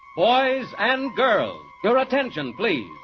boys and girls your attention, please!